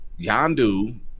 Yandu